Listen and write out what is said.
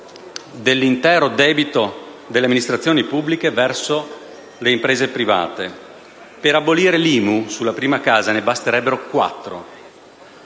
dell'intero debito delle amministrazioni pubbliche verso le imprese private. Per abolire l'IMU sulla prima casa basterebbero quattro